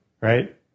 right